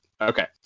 Okay